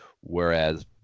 Whereas